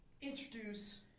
introduce